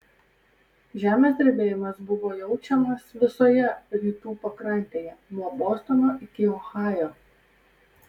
žemės drebėjimas buvo jaučiamas visoje rytų pakrantėje nuo bostono iki ohajo